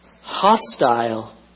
Hostile